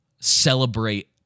celebrate